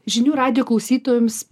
žinių radijo klausytojams